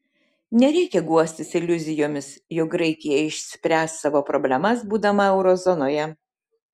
nereikia guostis iliuzijomis jog graikija išspręs savo problemas būdama euro zonoje